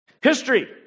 History